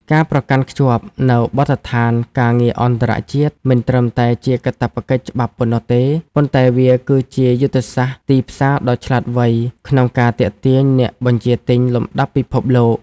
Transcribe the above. ការប្រកាន់ខ្ជាប់នូវបទដ្ឋានការងារអន្តរជាតិ មិនត្រឹមតែជាកាតព្វកិច្ចច្បាប់ប៉ុណ្ណោះទេ ប៉ុន្តែវាគឺជាយុទ្ធសាស្ត្រទីផ្សារដ៏ឆ្លាតវៃក្នុងការទាក់ទាញអ្នកបញ្ជាទិញលំដាប់ពិភពលោក។